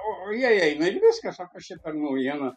jie eina ir viskas o kas čia per naujienos